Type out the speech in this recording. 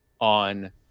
on